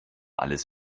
alles